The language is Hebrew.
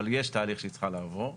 אבל יש תהליך שהיא צריכה לעבור,